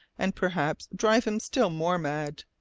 and perhaps drive him still more mad.